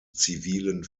zivilen